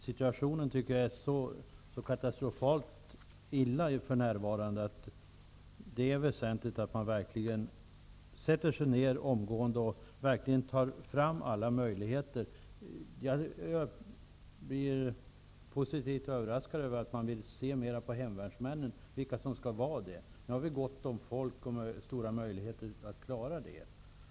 Situationen för närvarande är så katastrofalt dålig att det är väsentligt att man verkligen omgående sätter sig ned och tar fram alla möjligheter. Jag blir positivt överraskad av att man vill titta närmare på vilka som skall få bli hemvärnsmän. Nu har vi gott om folk och stora möjligheter at klara det.